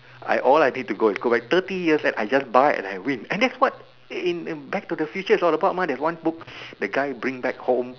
I all I need to go is go back thirty years and I just buy and I win and that's what in in back to the future is all about mah there's one book the guy bring back home